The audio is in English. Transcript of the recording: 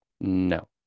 No